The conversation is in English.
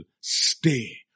stay